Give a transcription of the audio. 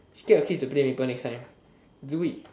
it's still okay to play maple next time do it